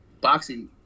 boxing